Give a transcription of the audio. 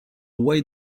why